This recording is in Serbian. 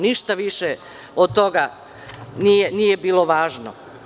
Ništa više od toga nije bilo važno.